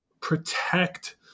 protect